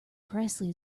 presley